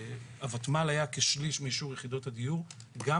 הוותמ"ל היה כשליש מאישור יחידות הדיור כי גם